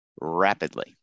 rapidly